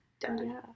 Done